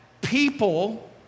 people